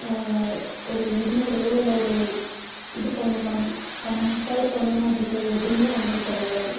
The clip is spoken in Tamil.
ஒரு விதிமுறையோ இல்லை ஒரு இது பண்ணும் கம்பல் பண்ணணும் அப்படிங்கற எதுவுமே அவனுக்கு கிடையாது